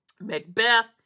Macbeth